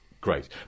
great